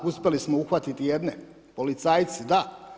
Uspjeli smo uhvatiti jedne policajce, da.